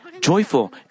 joyful